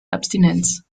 abstinenz